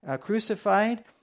crucified